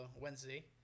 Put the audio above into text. Wednesday